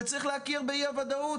צריך להכיר באי-הוודאות.